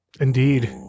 indeed